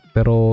Pero